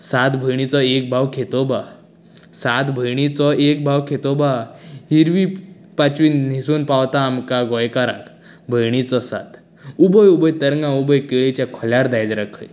सात भयणीचो एक भाव खेतोबा सात भयणीचो एक भाव खेतोबा हिरवी पांचवी न्हेसून पावता आमकां गोंयकाराक भयणीचो साथ उबय उबय तरंगा उबय केळीच्या खोल्यार दायज राखय